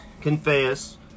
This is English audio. confess